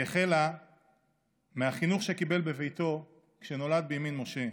היא החלה מהחינוך שקיבל בביתו, כשנולד בימין משה,